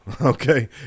Okay